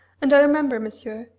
and i remember, monsieur,